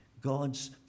god's